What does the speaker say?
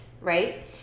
right